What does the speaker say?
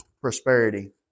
prosperity